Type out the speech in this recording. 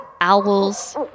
owls